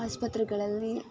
ಆಸ್ಪತ್ರೆಗಳಲ್ಲಿ